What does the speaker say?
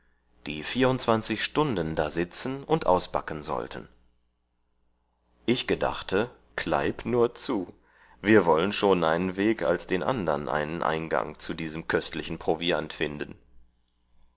die vierundzwanzig stunden da sitzen und ausbacken sollten ich gedachte klaib nur zu wir wollen schon einen weg als den andern einen eingang zu diesem köstlichen proviant finden